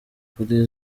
kuri